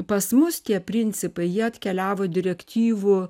pas mus tie principai jie atkeliavo direktyvų